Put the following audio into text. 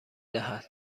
دهد